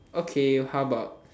okay how about